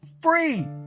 free